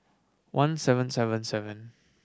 one seven seven seven